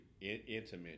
intimate